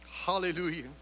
Hallelujah